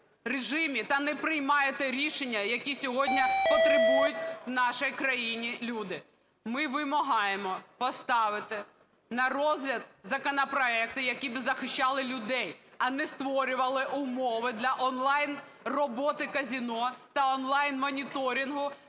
та не приймає ті рішення, яких сьогодні потребують в нашій країні люди. Ми вимагаємо поставити на розгляд законопроекти, які би захищали людей, а не створювали умови для онлайн-роботи казино та онлайн-моніторигну